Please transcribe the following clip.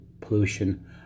pollution